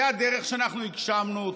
זאת הדרך שאנחנו הגשמנו,